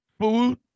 food